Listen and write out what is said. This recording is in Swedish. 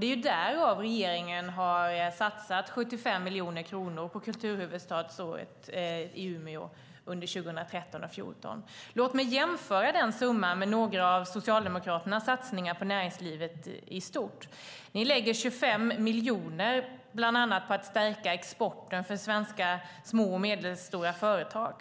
Det är därför regeringen har satsat 75 miljoner kronor på kulturhuvudstadsåret i Umeå under 2013 och 2014. Låt mig jämföra den summan med några av Socialdemokraternas satsningar på näringslivet i stort. Ni lägger 25 miljoner bland annat på att stärka exporten för svenska små och medelstora företag.